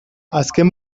azken